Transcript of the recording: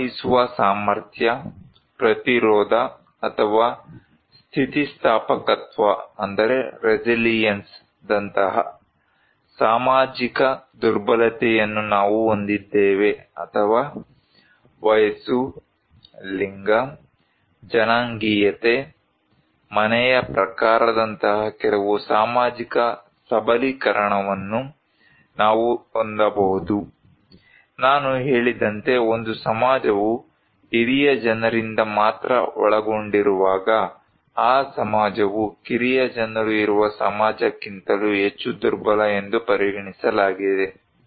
ನಿಭಾಯಿಸುವ ಸಾಮರ್ಥ್ಯ ಪ್ರತಿರೋಧ ಅಥವಾ ಸ್ಥಿತಿಸ್ಥಾಪಕತ್ವದಂತಹ ಸಾಮಾಜಿಕ ದುರ್ಬಲತೆಯನ್ನು ನಾವು ಹೊಂದಿದ್ದೇವೆ ಅಥವಾ ವಯಸ್ಸು ಲಿಂಗ ಜನಾಂಗೀಯತೆ ಮನೆಯ ಪ್ರಕಾರದಂತಹ ಕೆಲವು ಸಾಮಾಜಿಕ ಸಬಲೀಕರಣವನ್ನು ನಾವು ಹೊಂದಬಹುದು ನಾನು ಹೇಳಿದಂತೆ ಒಂದು ಸಮಾಜವು ಹಿರಿಯ ಜನರಿಂದ ಮಾತ್ರ ಒಳಗೊಂಡಿರುವಾಗ ಆ ಸಮಾಜವು ಕಿರಿಯ ಜನರು ಇರುವ ಸಮಾಜಕ್ಕಿಂತಲೂ ಹೆಚ್ಚು ದುರ್ಬಲ ಎಂದು ಪರಿಗಣಿಸಲಾಗಿದೆ